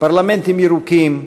פרלמנטים ירוקים,